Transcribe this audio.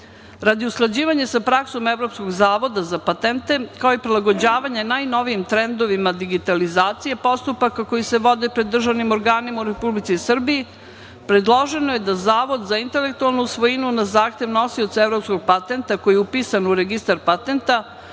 Radi usklađivanja sa praksom Evropskog zavoda za patente, kao i prilagođavanje najnovijim trendovima digitalizacije postupaka koji se vode pred državnim organima u Republici Srbiji. Predloženo je da Zavod za intelektualnu svojinu, na zahtev nosioca evropskog patenta koji je upisan u registar patenta,